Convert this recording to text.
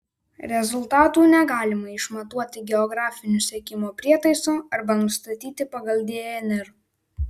rezultatų negalima išmatuoti geografiniu sekimo prietaisu arba nustatyti pagal dnr